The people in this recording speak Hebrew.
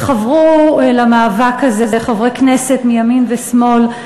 וחברו למאבק הזה חברי כנסת מימין ומשמאל,